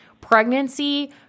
pregnancy